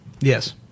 Yes